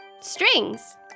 Strings